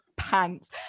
Pants